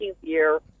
year